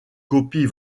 copies